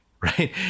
right